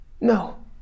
No